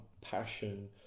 passion